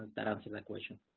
that answer the question.